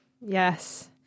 Yes